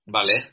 Vale